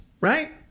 right